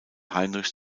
heinrich